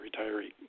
retiree